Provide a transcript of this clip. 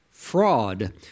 fraud